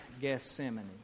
Gethsemane